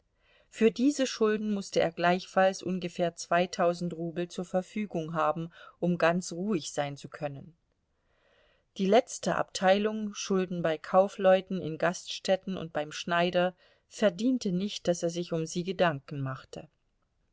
für diese schulden mußte er gleichfalls ungefähr zweitausend rubel zur verfügung haben um ganz ruhig sein zu können die letzte abteilung schulden bei kaufleuten in gaststätten und beim schneider verdiente nicht daß er sich um sie gedanken machte